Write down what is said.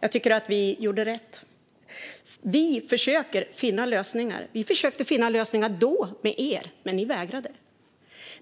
Jag tycker att vi gjorde rätt. Vi försöker finna lösningar. Vi försökte finna lösningar då med er, men ni vägrade.